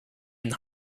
and